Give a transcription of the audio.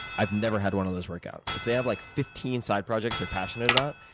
i've never had one of those work out. if they have like fifteen side projects they're passionate about,